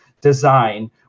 design